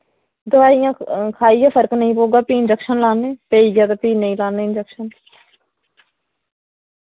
दवाइयां खाइयै फर्क नेईं पौह्गा फ्ही इंजक्शन लान्ने पेई गेआ ते फ्ही नेईं लान्ने इंजक्शन